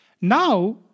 now